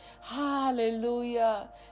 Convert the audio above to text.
hallelujah